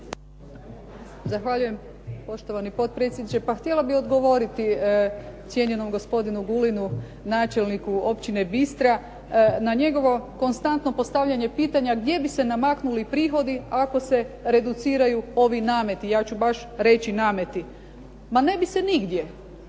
Zahvaljujem. Poštovani potpredsjedniče. Htjela bih odgovoriti cijenjenom gospodinu Guliću načelniku općine Bistra na njegovo konstantno postavljanje pitanja gdje bi se namaknuli prihodi ako se reduciraju ovi nameti. Ja ću baš reći nameti. Ma ne bi se nigdje